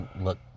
look